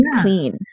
clean